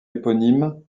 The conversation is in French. éponyme